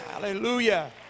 Hallelujah